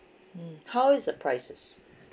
mm how is the prices